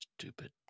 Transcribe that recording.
Stupid